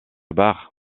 barre